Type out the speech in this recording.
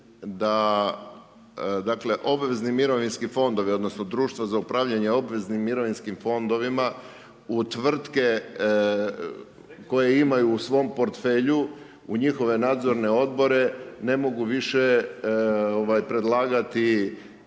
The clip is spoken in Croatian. obvezni mirovinski fondovi odnosno društva za upravljanje obveznim mirovinskim fondovima u tvrtke koje imaju u svom portfelju, u njihove Nadzorne odbore, ne mogu više predlagati